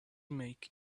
make